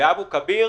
ואנשי אבו כביר,